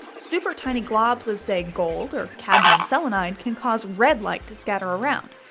super tiny globs of say gold or cadmium selenide can cause red light to scatter around.